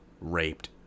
raped